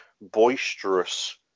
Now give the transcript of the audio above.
boisterous